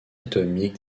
atomique